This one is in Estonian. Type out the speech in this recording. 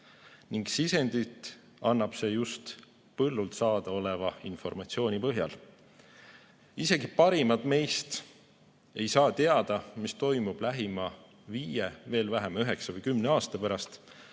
ning sisendit annab see just põllult saadaoleva informatsiooni põhjal. Isegi parimad meist ei saa teada, mis toimub lähima viie, veel vähem üheksa või kümne aasta pärast.